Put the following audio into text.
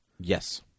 Yes